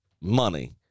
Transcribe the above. money